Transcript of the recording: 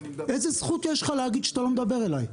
איזה זכות יש לך להגיד שאתה לא מדבר אלי?